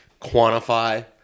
quantify